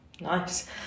Nice